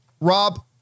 Rob